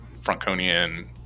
Franconian